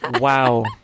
wow